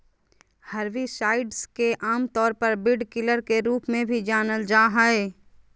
herbicides के आमतौर पर वीडकिलर के रूप में भी जानल जा हइ